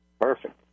Perfect